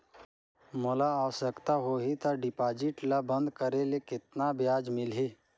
मोला आवश्यकता होही त डिपॉजिट ल बंद करे ले कतना ब्याज मिलही?